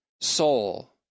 soul